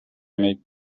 make